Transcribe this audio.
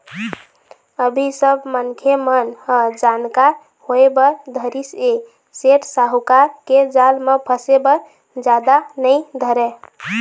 अभी सब मनखे मन ह जानकार होय बर धरिस ऐ सेठ साहूकार के जाल म फसे बर जादा नइ धरय